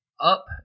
up